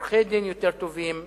עורכי-דין יותר טובים,